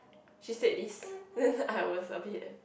she said this and I was a bit